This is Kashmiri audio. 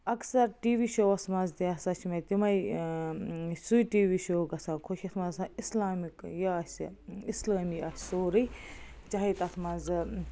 اکثر ٹی وی شووَس منٛز تہِ ہَسا چھُ مےٚ تِمَے سُے ٹی وی شو گَژھان خۄش یَتھ منٛز ہَسا اِسلامِک یہِ آسہِ اِسلٲمی آسہِ سورٕے چاہے تَتھ منٛزٕ